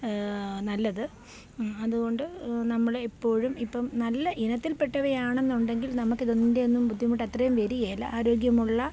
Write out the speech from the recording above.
നല്ലത് അതുകൊണ്ട് നമ്മളെ എപ്പോഴും ഇപ്പം നല്ല ഇനത്തിൽപെട്ടവയാണ് എന്നുണ്ടെങ്കിൽ നമുക്ക് അതിൻ്റെയൊന്നും ബുദ്ധിമുട്ട് അത്രയും വരില്ല ആരോഗ്യമുള്ള